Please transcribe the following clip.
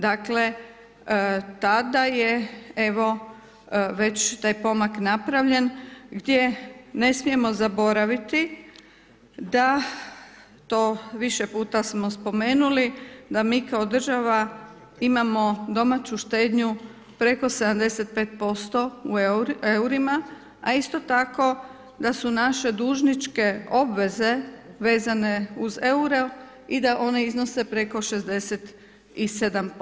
Dakle, tada je već taj pomak napravljen gdje ne smijemo zaboraviti da to, više puta smo spomenuli, da mi kao država imamo domaću štednju preko 75% u eurima, a isto tako da su naše dužničke obveze vezane uz euro i da one iznose preko 67%